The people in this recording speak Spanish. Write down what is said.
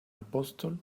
apóstol